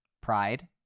pride